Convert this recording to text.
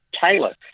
Taylor